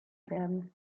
werden